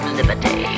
Liberty